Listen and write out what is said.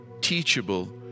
teachable